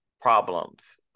problems